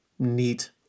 neat